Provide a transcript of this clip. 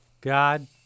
God